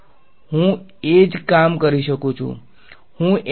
હું એ જ કામ કરી શકું છું હું H